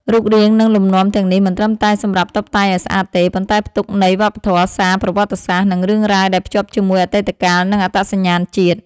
រូបរាង និងលំនាំទាំងនេះមិនត្រឹមតែសម្រាប់តុបតែងឲ្យស្អាតទេ ប៉ុន្តែផ្ទុកន័យវប្បធម៌ សារ ប្រវត្តិសាស្ត្រ និងរឿងរ៉ាវដែលភ្ជាប់ជាមួយអតីតកាលនិងអត្តសញ្ញាណជាតិ។